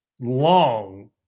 long